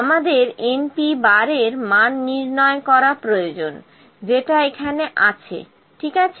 আমাদের np এর মান নির্ণয় করা প্রয়োজন যেটা এখানে আছে ঠিক আছে